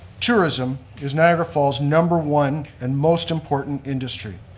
tourism is niagara falls' number one and most important industry.